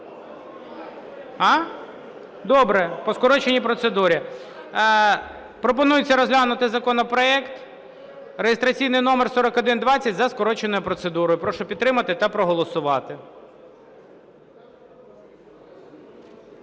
Добре, по скороченій процедурі. Пропонується розглянути законопроект реєстраційний номер 4120 за скороченою процедурою. Прошу підтримати та проголосувати.